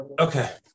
Okay